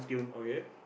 okay